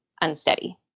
unsteady